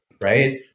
right